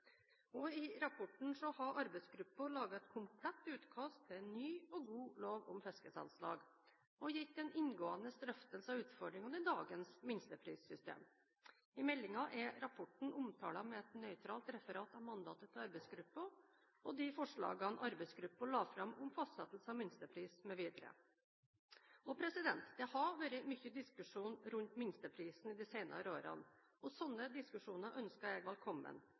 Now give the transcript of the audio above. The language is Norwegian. I rapporten har arbeidsgruppen laget et komplett utkast til en ny og god lov om fiskesalgslag og gitt en inngående drøftelse av utfordringene i dagens minsteprissystem. I meldingen er rapporten omtalt med et nøytralt referat av mandatet til arbeidsgruppen og de forslagene arbeidsgruppen la fram om fastsettelse av minstepris mv. Det har vært mye diskusjon rundt minsteprisen i de senere årene, og slike diskusjoner ønsker jeg velkommen.